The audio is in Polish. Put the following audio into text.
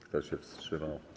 Kto się wstrzymał?